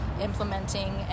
implementing